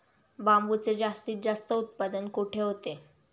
बांबूचे जास्तीत जास्त उत्पादन कुठे होते?